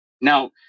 Now